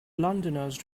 londoners